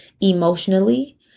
Emotionally